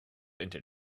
into